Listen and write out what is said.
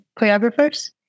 choreographers